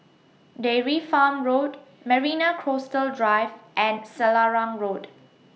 Dairy Farm Road Marina Coastal Drive and Selarang Road